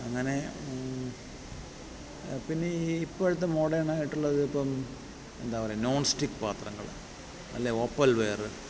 അങ്ങനെ പിന്നെ ഈ ഇപ്പോഴത്തെ മോഡേണായിട്ടുള്ളത് ഇപ്പം എന്താ പറയാ നോൺ സ്റ്റിക്ക് പാത്രങ്ങൾ അല്ലെ ഓപ്പൽ വെയറ്